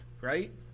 right